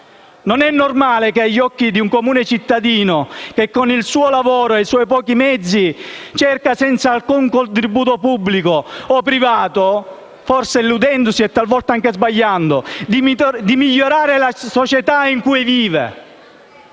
non è normale, agli occhi di un «comune cittadino che con il suo lavoro e i suoi (pochi) mezzi cerca, senza alcun contributo pubblico o privato, forse illudendosi, talvolta anche sbagliando, di migliorare la società in cui vive».